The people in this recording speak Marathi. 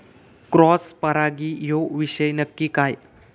क्रॉस परागी ह्यो विषय नक्की काय?